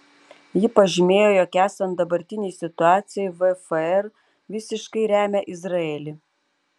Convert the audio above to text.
ji pažymėjo jog esant dabartinei situacijai vfr visiškai remia izraelį